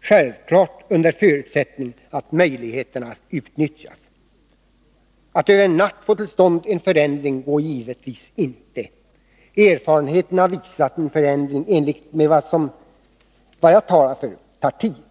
självfallet under förutsättning att möjligheterna utnyttjas. Att över en natt få till stånd en förändring går givetvis inte. Erfarenheterna har visat att en förändring i enlighet med vad jag talar för tar tid.